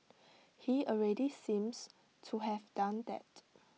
he already seems to have done that